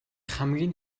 хамгийн